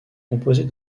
composée